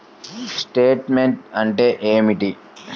Statement అంటే ఏమిటి?